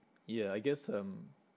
yeah I guess um